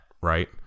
right